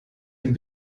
den